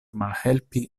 malhelpi